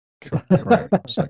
Correct